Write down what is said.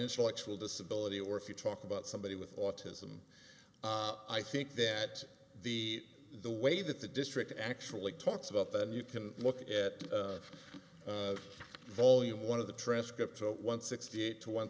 intellectual disability or if you talk about somebody with autism i think that the the way that the district actually talks about them you can look at volume one of the transcripts one sixty eight to one